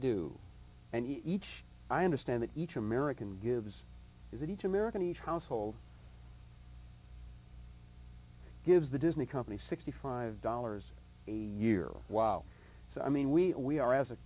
do and each i understand that each american gives is that each american each household gives the disney company sixty five dollars a year wow so i mean we we are as a